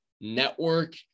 network